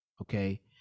okay